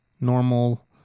normal